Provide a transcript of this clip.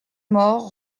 mort